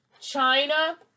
China